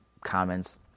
comments